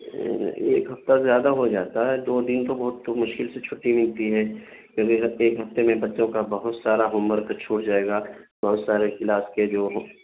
ایک ہفتہ زیادہ ہو جاتا ہے دو دن تو بہت تو مشکل سے چھٹی ملتی ہے کیونکہ ایک ہفتے میں بچوں کا بہت سارا ہومورک چھوٹ جائے گا بہت سارے کلاس کے جو ہو